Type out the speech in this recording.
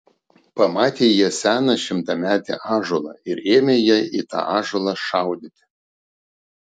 pamatė jie seną šimtametį ąžuolą ir ėmė jie į tą ąžuolą šaudyti